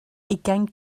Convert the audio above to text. ugain